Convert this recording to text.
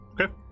okay